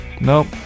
nope